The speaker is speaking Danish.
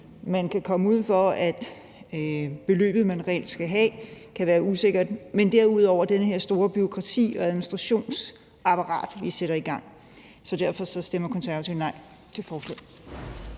man kan komme ud for, at beløbet, man reelt skal have, kan være usikkert, dels det her store bureaukrati- og administrationsapparat, vi sætter i gang. Derfor stemmer Konservative nej til forslaget.